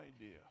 idea